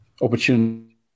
opportunity